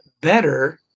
better